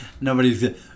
nobody's